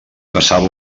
passava